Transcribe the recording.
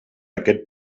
aquest